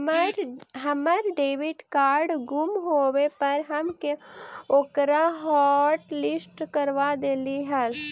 हमर debit card गुम होवे पर हम ओकरा हॉटलिस्ट करवा देली हल